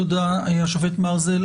תודה, השופט מרזל.